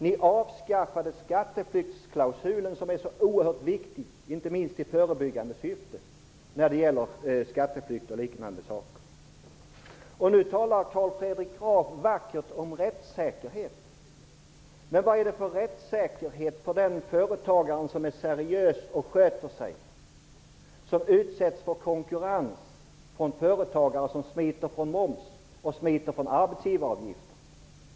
Ni avskaffade skatteflyktsklausulen som är så oerhört viktig, inte minst i förebyggande syfte, när det gäller skatteflykt och liknande. Nu talade Carl Fredrik Graf vackert om rättssäkerhet. Men vad är det för rättssäkerhet för den företagare som är seriös och sköter sig när han utsätts för konkurrens från företagare som smiter från moms och arbetsgivaravgifter?